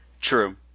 True